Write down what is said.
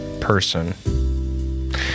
person